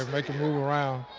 and make him move around.